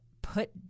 put